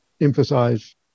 emphasize